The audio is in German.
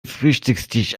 frühstückstisch